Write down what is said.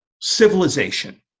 civilization